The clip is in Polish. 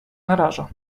naraża